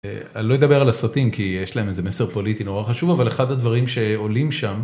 אה.. אני לא אדבר על הסרטים כי יש להם איזה מסר פוליטי נורא חשוב אבל אחד הדברים שעולים שם.